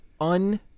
un